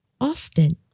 often